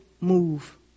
move